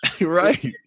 right